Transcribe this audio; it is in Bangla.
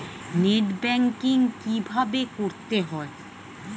নেট ব্যাঙ্কিং কীভাবে করতে হয়?